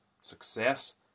success